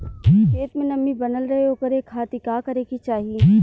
खेत में नमी बनल रहे ओकरे खाती का करे के चाही?